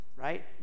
right